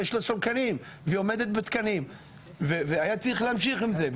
יש לה סולקנים והיא עומדת בתקנים והיה צריך להמשיך עם זה.